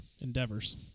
endeavors